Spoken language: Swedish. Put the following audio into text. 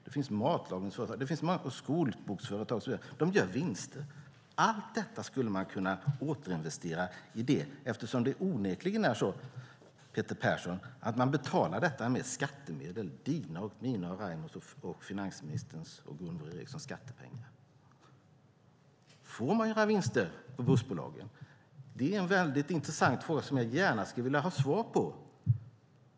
Det finns matlagningsföretag, skolboksföretag och så vidare. De gör vinster. Allt detta skulle man kunna återinvestera eftersom det onekligen är så, Peter Persson, att man betalar detta med skattemedel - dina, mina, Raimos, finansministerns och Gunvor G Ericsons skattepengar. Får man göra vinster på bussbolagen? Det är en väldigt intressant fråga jag gärna skulle vilja ha svar på.